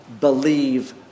believe